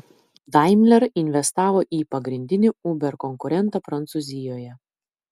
daimler investavo į pagrindinį uber konkurentą prancūzijoje